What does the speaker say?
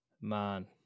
man